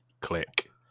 click